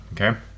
Okay